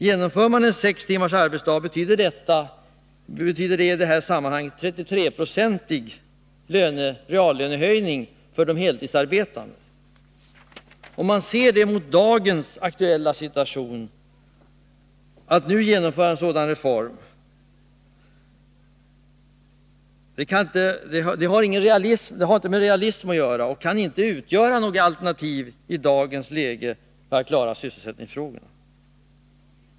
Genomförande av sex timmars arbetsdag betyder i detta sammanhang en 33-procentig reallönehöjning för de heltidsarbetande. Om man ser det mot dagens aktuella situation, förstår man att genomförande nu av en sådan reform inte har med realism att göra och inte kan utgöra något alternativ i dagens läge för att klara sysselsättningsfrågorna.